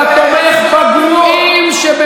אנשים כמוך,